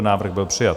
Návrh byl přijat.